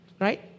Right